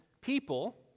people